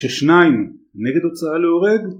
ששניים, נגד הוצאה להורג